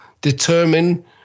determine